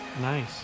Nice